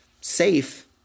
Safe